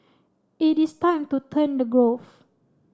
it is time to turn to growth